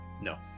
No